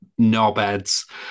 knobheads